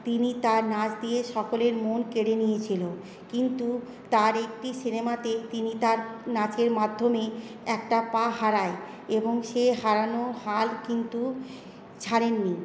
তিনি তার নাচ দিয়ে সকলের মন কেড়ে নিয়েছিল কিন্তু তার একটি সিনেমাতে তিনি তার নাচের মাধ্যমে একটা পা হারায় এবং সেই হারানোয় হাল কিন্তু ছাড়েন নি